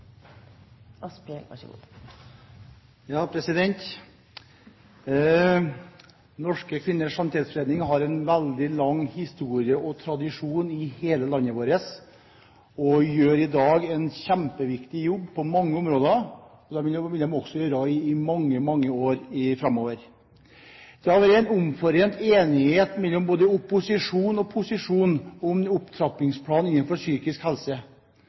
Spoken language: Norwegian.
Norske Kvinners Sanitetsforening har en veldig lang historie og tradisjon i hele landet vårt, og de gjør i dag en kjempeviktig jobb på mange områder. Det vil de også gjøre i mange år framover. Det har vært en omforent enighet mellom opposisjon og posisjon om opptrappingsplanen innenfor psykisk helse,